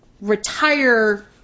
retire